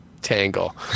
Tangle